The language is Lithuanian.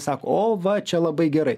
sako o va čia labai gerai